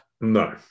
No